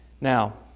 Now